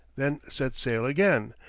then set sail again,